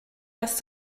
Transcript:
dass